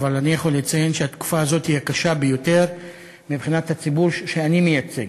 אני יכול לציין שהתקופה הזאת היא הקשה ביותר מבחינת הציבור שאני מייצג.